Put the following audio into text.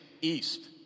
east